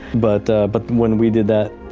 but but when we did that,